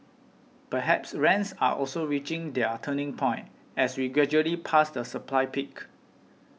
perhaps rents are also reaching their turning point as we gradually pass the supply peak